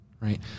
Right